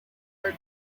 are